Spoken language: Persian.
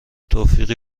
توقفی